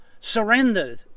surrendered